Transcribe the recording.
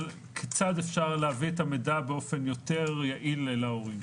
כיצד אפשר להביא את המידע באופן יותר יעיל להורים.